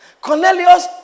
Cornelius